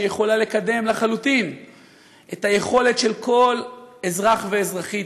שיכולה לקדם לחלוטין את היכולת של כל אזרח ואזרחית,